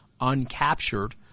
uncaptured